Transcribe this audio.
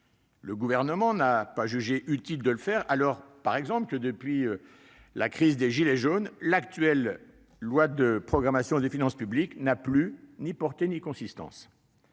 Le Gouvernement n'a pas jugé utile de le faire alors que, depuis la crise des « gilets jaunes », l'actuelle loi de programmation des finances publiques n'a plus ni portée ni consistance.